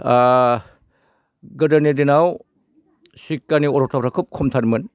गोदोनि दिनाव शिक्षानि अर्थ'फोरा खोब खमथारमोन